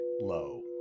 low